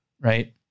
right